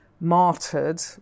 martyred